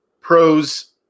Pros